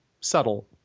subtle